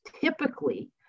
typically